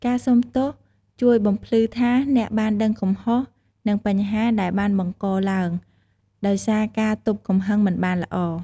ការសុំទោសជួយបំភ្លឺថាអ្នកបានដឹងកំហុស និងបញ្ហាដែលបានបង្កឡើយដោយសារការទប់កំហឹងមិនបានល្អ។